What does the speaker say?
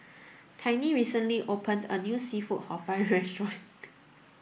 Tiney recently opened a new Seafood Hor Fun restaurant